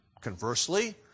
conversely